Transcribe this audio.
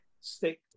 stick